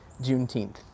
Juneteenth